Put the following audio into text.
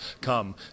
come